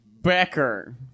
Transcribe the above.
Becker